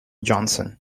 johnson